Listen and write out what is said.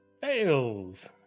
Fails